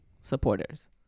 supporters